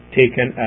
taken